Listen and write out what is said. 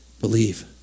believe